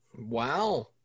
Wow